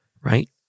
right